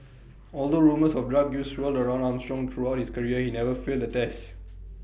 although rumours of drug use swirled around Armstrong throughout his career he never failed A test